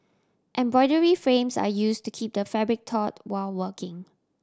embroidery frames are use to keep the fabric taut while working